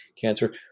Cancer